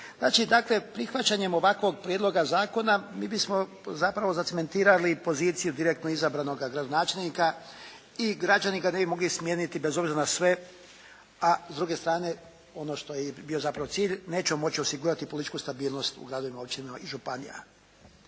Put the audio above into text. dakle prihvaćanjem ovakvog prijedloga zakona mi bismo zapravo zacementirali poziciju direktno izabranoga gradonačelnika i građani ga ne bi moglo smijeniti bez obzira na sve. A s druge strane ono što je bio zapravo cilj nećemo moći osigurati političku stabilnost u gradovima, općinama i županijama.